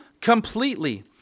completely